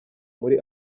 muri